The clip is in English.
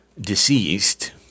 deceased